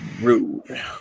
rude